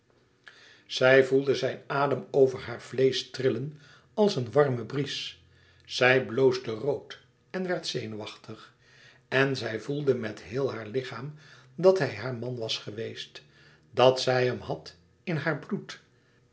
zij voelde zijn adem over haar vleesch trillen als een warme bries zij bloosde rood en werd zenuwachtig en zij voelde met heel haar lichaam dat hij haar man was geweest dat zij hem had in haar bloed